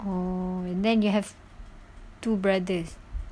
oh and then you have two brothers